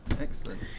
Excellent